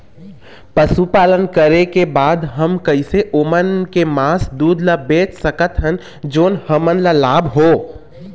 पशुपालन करें के बाद हम कैसे ओमन के मास, दूध ला बेच सकत हन जोन हमन ला लाभ हो?